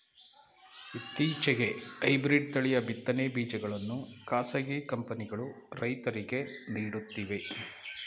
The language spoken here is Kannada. ಇತ್ತೀಚೆಗೆ ಹೈಬ್ರಿಡ್ ತಳಿಯ ಬಿತ್ತನೆ ಬೀಜಗಳನ್ನು ಖಾಸಗಿ ಕಂಪನಿಗಳು ರೈತರಿಗೆ ನೀಡುತ್ತಿವೆ